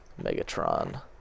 Megatron